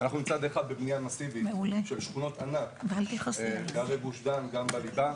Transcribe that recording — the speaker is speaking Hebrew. אנחנו מצד אחד בבניין מאסיבית של שכונות ענק בערי גוש דן גם בליבה,